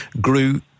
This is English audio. grew